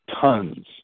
tons